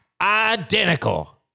Identical